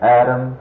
Adam